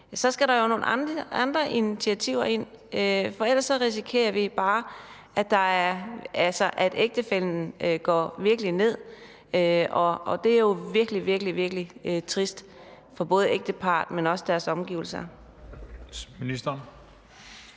skal der jo nogle andre initiativer indover, for ellers risikerer vi bare, at ægtefællen går virkelig ned, og det er jo virkelig, virkelig trist for både ægteparret, men også for deres omgivelser. Kl.